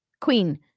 queen